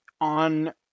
on